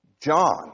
John